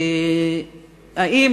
ברשותך,